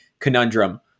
Conundrum